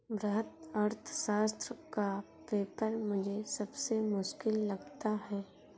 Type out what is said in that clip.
वृहत अर्थशास्त्र का पेपर मुझे सबसे मुश्किल लगता है